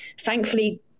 Thankfully